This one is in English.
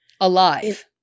Alive